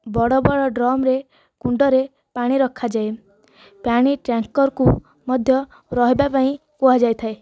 ବଡ଼ ବଡ଼ ଡ୍ରମରେ କୁଣ୍ଡରେ ପାଣି ରଖାଯାଏ ପାଣି ଟ୍ୟାଙ୍କରକୁ ମଧ୍ୟ ରହିବା ପାଇଁ କୁହାଯାଇଥାଏ